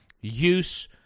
use